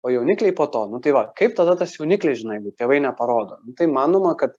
o jaunikliai po to nu tai va kaip tada tas jauniklis žino jeigu tėvai neparodo nu tai manoma kad